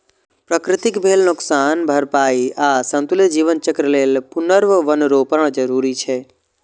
प्रकृतिक भेल नोकसानक भरपाइ आ संतुलित जीवन चक्र लेल पुनर्वनरोपण जरूरी छै